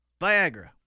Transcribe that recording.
Viagra